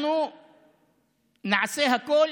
אנחנו נעשה הכול